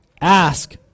Ask